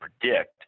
predict